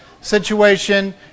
situation